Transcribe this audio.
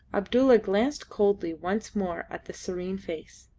abdulla glanced coldly once more at the serene face.